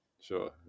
Sure